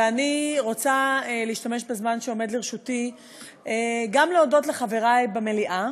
ואני רוצה להשתמש בזמן שעומד לרשותי גם להודות לחברי במליאה